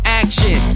action